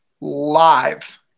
Live